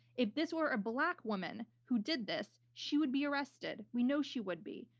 if this were a black woman who did this, she would be arrested. we know she would be.